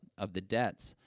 of the debts,